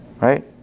right